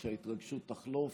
שההתרגשות תחלוף,